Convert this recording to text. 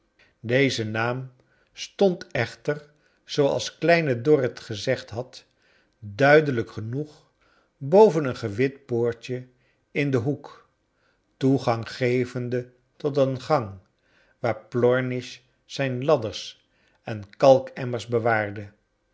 deze naam stond echter zooals kleine dorrit gezegd had duidelijk genoeg boven een gewit poortje in den hoek toegang gevende tot een gang waar plornish zijn ladders en kalkemmers bewaarde